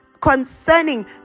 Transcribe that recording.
Concerning